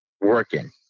Working